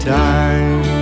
time